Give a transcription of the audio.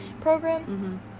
Program